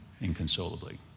inconsolably